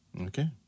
Okay